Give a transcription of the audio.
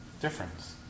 Difference